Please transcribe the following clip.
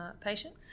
patient